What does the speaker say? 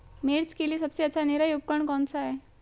मिर्च के लिए सबसे अच्छा निराई उपकरण कौनसा है?